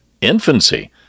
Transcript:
infancy